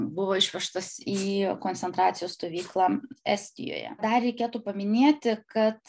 buvo išvežtas į koncentracijos stovyklą estijoje dar reikėtų paminėti kad